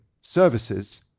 services